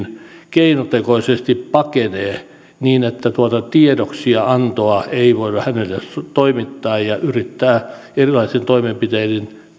keinotekoisesti pakenee niin että tuota tiedoksiantoa ei voida heille toimittaa ja yrittää erilaisin toimenpitein